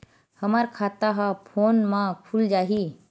हमर खाता ह फोन मा खुल जाही?